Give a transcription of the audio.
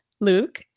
Luke